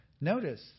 Notice